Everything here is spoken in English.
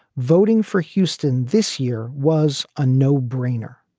voting for houston this year was a no brainer.